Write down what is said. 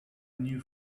new